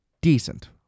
decent